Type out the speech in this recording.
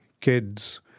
kids